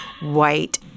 white